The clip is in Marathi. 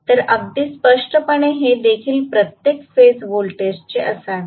तर अगदी स्पष्टपणे हे देखील प्रत्येक फेज व्होल्टेजचे असावे